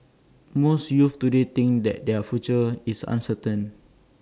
most youths today think that their future is uncertain